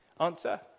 Answer